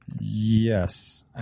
Yes